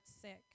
sick